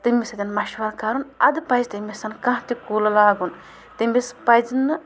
تٔمِس سۭتۍ مَشوَر کَرُن اَدٕ پَزِ تٔمِس کانٛہہ تہِ کُل لاگُن تٔمِس پَزنہٕ